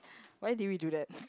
why did we do that